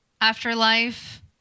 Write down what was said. Afterlife